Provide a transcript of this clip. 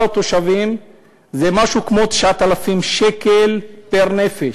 התושבים זה משהו כמו 9,000 שקלים פר-נפש,